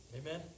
Amen